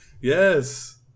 Yes